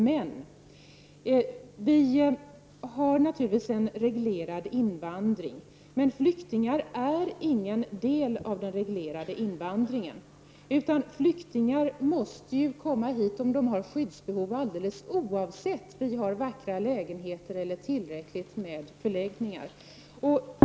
Men vi har naturligtvis en reglerad invandring. Flyktingar är ingen del av den reglerade invandringen, utan flyktingar måste komma hit om de har skyddsbehov alldeles oavsett om vi har vackra lägenheter eller tillräckligt med förläggningar.